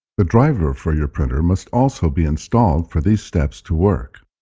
the driver for your printer must also be installed for these steps to work.